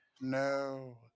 no